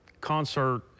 concert